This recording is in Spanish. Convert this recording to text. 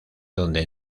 donde